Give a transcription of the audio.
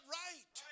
right